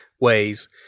Ways